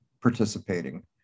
participating